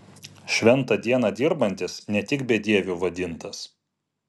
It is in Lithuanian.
šventą dieną dirbantis ne tik bedieviu vadintas